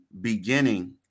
beginning